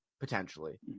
potentially